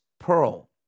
pearl